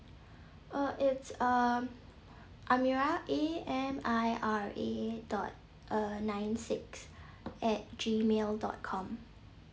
oh it's um amira A M I R A dot uh nine six at gmail dot com